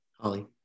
Holly